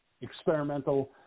experimental